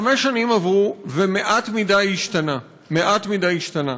חמש שנים עברו ומעט מדי השתנה, מעט מדי השתנה.